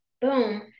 boom